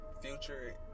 Future